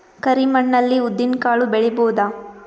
ಕರಿ ಮಣ್ಣ ಅಲ್ಲಿ ಉದ್ದಿನ್ ಕಾಳು ಬೆಳಿಬೋದ?